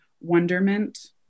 Wonderment